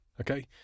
okay